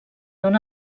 una